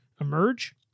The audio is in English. emerge